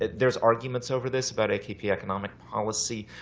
there's arguments over this, about akp economic policy.